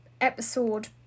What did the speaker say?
episode